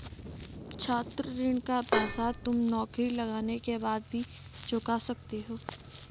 छात्र ऋण का पैसा तुम नौकरी लगने के बाद भी चुका सकते हो